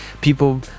people